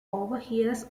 overhears